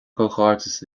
comhghairdeas